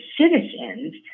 citizens